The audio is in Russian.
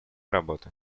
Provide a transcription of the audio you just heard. работы